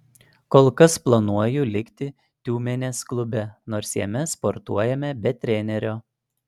kol kas planuoju likti tiumenės klube nors jame sportuojame be trenerio